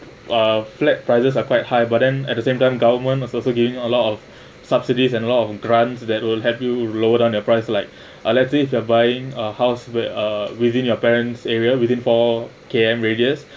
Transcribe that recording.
uh flat prices are quite high but then at the same time government are also giving a lot of subsidies and a lot and grants that will have you load on your price like uh let's say if you are buying a house where uh within your parents area within four K_M radius